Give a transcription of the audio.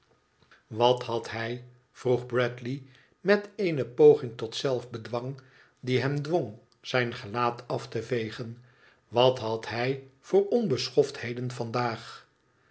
wat had hij vroeg bradley met eene poging tot zelf bedwang die hem dwong zijn gelaat af te vegen wat had hij voor onbeschoftheden vandaag